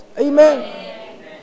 Amen